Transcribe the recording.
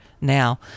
now